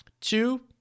Two